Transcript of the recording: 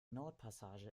nordpassage